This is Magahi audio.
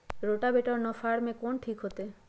रोटावेटर और नौ फ़ार में कौन ठीक होतै?